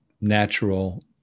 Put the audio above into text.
natural